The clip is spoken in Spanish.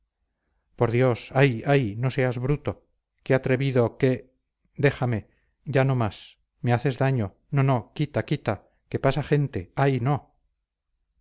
por dios ay ay no seas bruto qué atrevido qué déjame ya no más me haces daño no no quita quita que pasa gente ay no